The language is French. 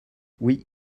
oui